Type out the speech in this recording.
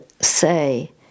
say